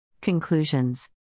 Conclusions